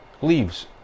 leaves